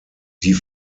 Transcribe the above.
die